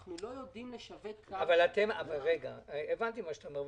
אנחנו לא יודעים לשווק --- הבנתי את מה שאתה אומר.